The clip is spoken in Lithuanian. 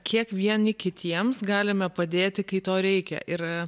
kiek vieni kitiems galime padėti kai to reikia ir